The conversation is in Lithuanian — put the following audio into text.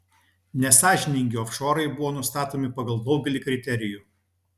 nesąžiningi ofšorai buvo nustatomi pagal daugelį kriterijų